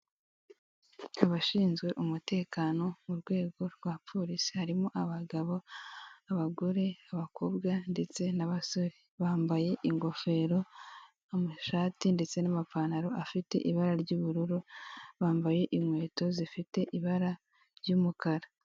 Abashinzwe umutekano mu rwego rwa polisi harimo abagab,o abagore, abakobwa ndetse n'abasore bambaye ingofero amashati ndetse n'amapantolo afite ibara ry'ubururu bambaye inkweto zifite ibara ry'umukara.